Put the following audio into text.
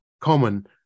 common